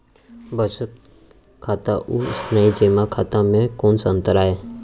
बचत खाता अऊ स्थानीय जेमा खाता में कोस अंतर आय?